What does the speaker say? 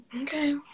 okay